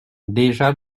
déjà